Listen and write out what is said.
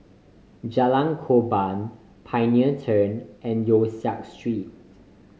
Jalan Korban Pioneer Turn and Yong Siak Street